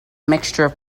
mixture